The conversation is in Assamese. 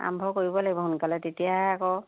আৰম্ভ কৰিব লাগিব সোনকালে তেতিয়াহে আকৌ